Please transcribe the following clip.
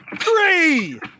Three